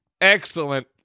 excellent